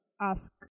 ask